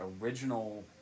original